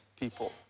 people